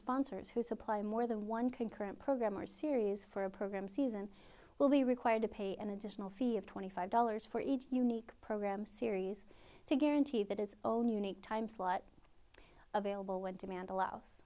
sponsors who supply more than one concurrent program or series for a program season will be required to pay an additional fee of twenty five dollars for each unique program series to guarantee that its own unique time slot available when demand